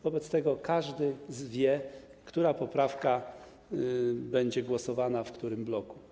Wobec tego każdy wie, nad którą poprawką będzie głosowanie, w którym bloku.